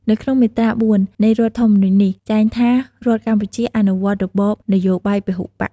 នៅក្នុងមាត្រា៤ នៃរដ្ឋធម្មនុញ្ញនេះចែងថារដ្ឋកម្ពុជាអនុវត្ត របបនយោបាយពហុបក្ស។